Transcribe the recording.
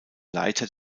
leiter